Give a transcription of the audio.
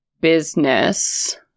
business